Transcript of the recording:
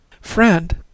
friend